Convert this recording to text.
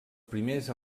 primers